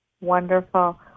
Wonderful